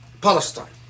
Palestine